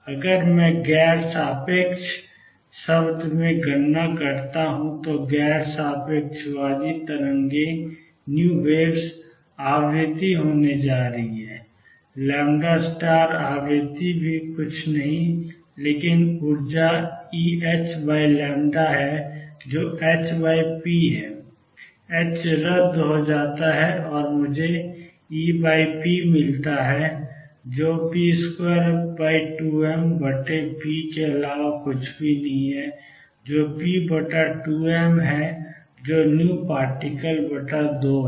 अगर मैं गैर सापेक्ष शब्द में गणना करता हूं तो गैर सापेक्षवादी तरंगें vwavesआवृत्ति होने जा रही हैं λ आवृत्ति कुछ भी नहीं है लेकिन ऊर्जा Eh है जो hpहै एच रद्द हो जाता है और मुझे Epमिलता है जो p22mp के अलावा कुछ भी नहीं है जो p2m है जो vparticle 2 है